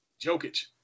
Jokic